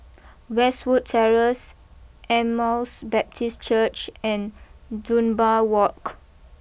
Westwood Terrace Emmaus Baptist Church and Dunbar walk